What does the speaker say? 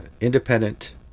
independent